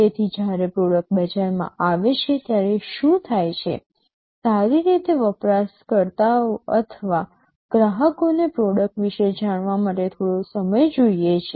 તેથી જ્યારે પ્રોડક્ટ બજારમાં આવે છે ત્યારે શું થાય છે સારી રીતે વપરાશકર્તાઓ અથવા ગ્રાહકોને પ્રોડક્ટ વિશે જાણવા માટે થોડો સમય જોઇએ છે